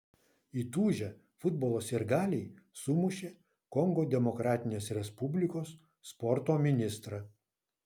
įtūžę futbolo sirgaliai sumušė kongo demokratinės respublikos sporto ministrą